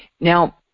Now